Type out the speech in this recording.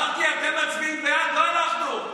מרגי, אתם מצביעים בעד, לא אנחנו.